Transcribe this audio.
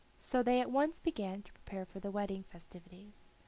so they at once began to prepare for the wedding festivities.